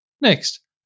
Next